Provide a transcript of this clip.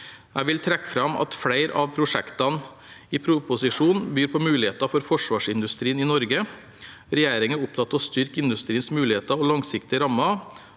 Jeg vil trekke fram at flere av prosjektene i proposisjonen byr på muligheter for forsvarsindustrien i Norge. Regjeringen er opptatt av å styrke industriens muligheter og langsiktige rammer